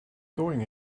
going